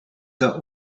the